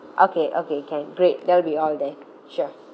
okay okay can great that'll be all then sure